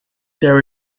there